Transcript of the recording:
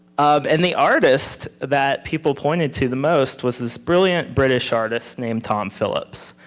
um and the artist that people pointed to the most was this brilliant british artist named tom phillips.